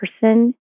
person